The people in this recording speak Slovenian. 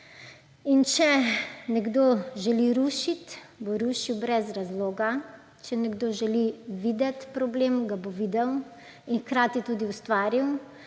In če nekdo želi rušiti, bo rušil brez razloga. Če nekdo želi videti problem, ga bo videl in hkrati tudi ustvaril.